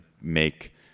make